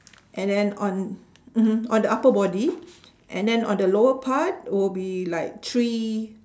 and then on mmhmm on the upper body and then on the lower part will be like three